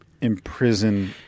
imprison